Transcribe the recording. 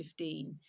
2015